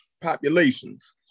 populations